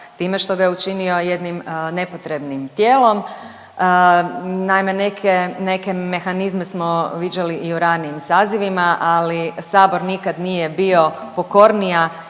time što ga je učinio jednim nepotrebnim tijelom. Naime, neke mehanizme smo viđali i u ranijim sazivima, ali Sabor nikad nije bio pokornija